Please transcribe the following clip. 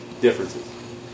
differences